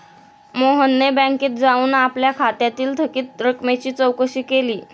मोहनने बँकेत जाऊन आपल्या खात्यातील थकीत रकमेची चौकशी केली